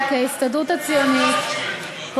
צריך לזכור שהעסקים הקטנים והבינוניים הם